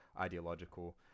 ideological